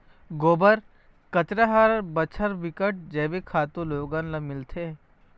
गोबर, कचरा हर बछर बिकट जइविक खातू लोगन ल मिलथे